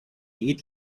eat